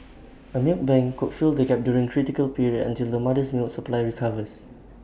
A milk bank could fill the gap during the critical period until the mother's milk supply recovers